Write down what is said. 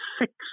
six